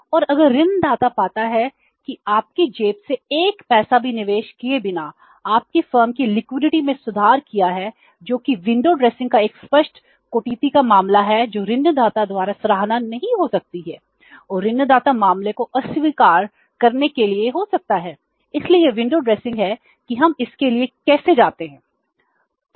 और अगर ऋणदाता पाता है कि आपकी जेब से एक पैसा भी निवेश किए बिना आपने फर्म की लिक्विडिटी है कि हम इसके लिए कैसे जाते हैं